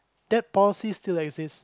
that policy still exists